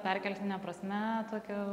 perkeltine prasme tokio